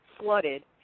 flooded